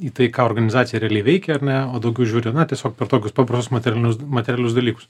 į tai ką organizacija realiai veikia ar ne o daugiau žiūri na tiesiog per tokius paprastus materialius materialius dalykus